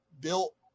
built